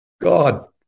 God